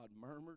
murmured